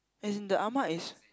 as in the Ahmad is